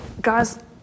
Guys